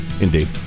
Indeed